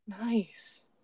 Nice